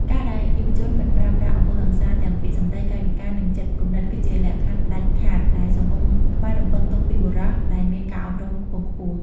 ការដែលយុវជន "មិនប្រើប្រាស់អំពើហិង្សា" ទាំងពាក្យសម្តី កាយវិការ និងចិត្តគំនិត គឺជាលក្ខខណ្ឌដាច់ខាតដែលសង្គមខ្មែររំពឹងទុកពីបុរសដែលមានការអប់រំខ្ពង់ខ្ពស់។